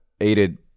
aided